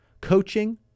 coaching